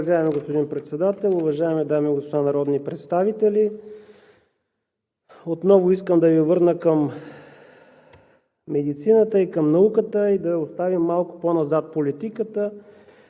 Уважаеми господин Председател, уважаеми дами и господа народни представители! Отново искам да Ви върна към медицината и към науката, и да оставим малко по-назад политиката,